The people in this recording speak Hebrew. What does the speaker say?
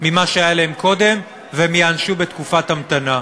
ממה שהיה להם קודם והם ייענשו בתקופת המתנה.